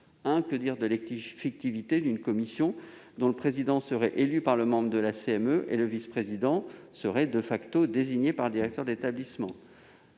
: que dire de l'effectivité d'une commission, dont le président serait élu par les membres de la CME et le vice-président désigné par le directeur d'établissement ?